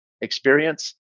experience